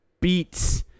beats